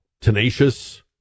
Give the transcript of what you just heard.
tenacious